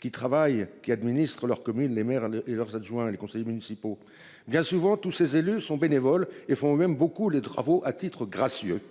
qui travaillent, qui administre leur communes, les maires et leurs adjoints et les conseillers municipaux bien souvent tous ces élus sont bénévoles et font même beaucoup les travaux à titre gracieux.